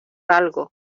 algo